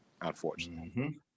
unfortunately